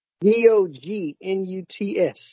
D-O-G-N-U-T-S